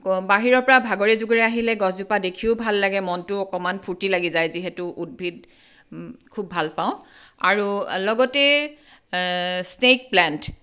বাহিৰৰ পৰা ভাগৰে যোগৰে আহিলে গছজোপা দেখিও ভাল লাগে মনটো অকণমান ফূৰ্তি লাগি যায় যিহেতু উদ্ভিদ খুব ভাল পাওঁ আৰু লগতে স্নেক প্লেণ্ট